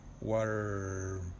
water